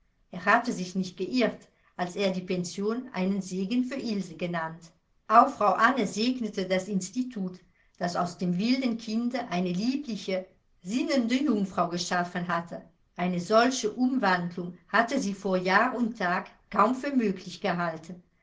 er hatte sich nicht geirrt als er die pension einen segen für ilse genannt auch frau anne segnete das institut das aus dem wilden kinde eine liebliche sinnende jungfrau geschaffen hatte eine solche umwandlung hatte sie vor jahr und tag kaum für möglich gehalten